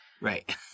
Right